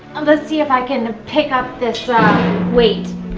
and let's see if i can pick up this weight